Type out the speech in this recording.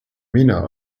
mina